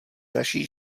naší